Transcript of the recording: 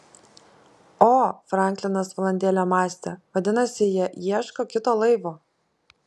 o franklinas valandėlę mąstė vadinasi jie ieško kito laivo